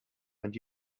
and